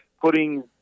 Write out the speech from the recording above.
putting